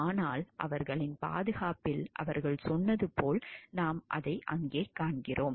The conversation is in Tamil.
ஆனால் அவர்களின் பாதுகாப்பில் அவர்கள் சொன்னது போல் நாம் அதை அங்கே காண்கிறோம்